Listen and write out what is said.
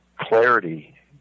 clarity